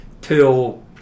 till